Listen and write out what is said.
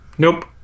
Nope